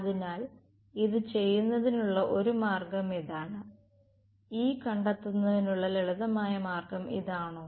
അതിനാൽ ഇത് ചെയ്യുന്നതിനുള്ള ഒരു മാർഗo ഇതാണ് E കണ്ടെത്തുന്നതിനുള്ള ലളിതമായ മാർഗo ഇതാണോ